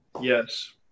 yes